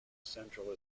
central